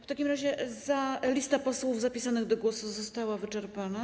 W takim razie lista posłów zapisanych do głosu została wyczerpana.